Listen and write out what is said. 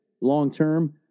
long-term